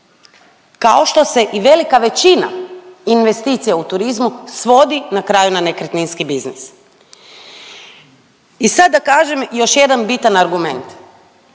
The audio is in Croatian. kao što se i velika većina investicija u turizmu svodi na kraju na nekretninski biznis. I sad da kažem još jedan bitan argument.